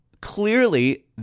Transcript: clearly